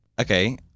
okay